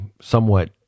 somewhat